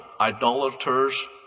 idolaters